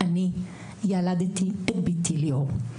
אני ילדתי את בתי ליאור,